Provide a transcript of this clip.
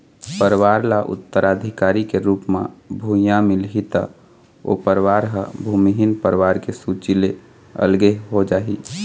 परवार ल उत्तराधिकारी के रुप म भुइयाँ मिलही त ओ परवार ह भूमिहीन परवार के सूची ले अलगे हो जाही